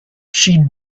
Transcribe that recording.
she